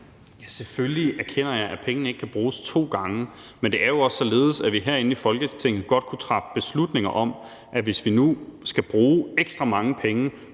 selvfølgelig erkender jeg, at pengene ikke kan bruges to gange, men det er jo også således, at vi herinde i Folketinget godt kunne træffe beslutninger om, at hvis vi nu skal bruge ekstra mange penge